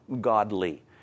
godly